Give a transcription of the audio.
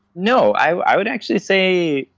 no. i would actually say,